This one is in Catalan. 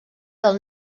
del